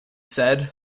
said